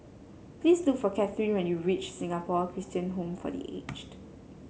please look for Cathryn when you reach Singapore Christian Home for The Aged